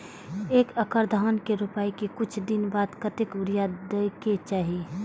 एक एकड़ धान के रोपाई के कुछ दिन बाद कतेक यूरिया दे के चाही?